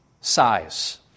size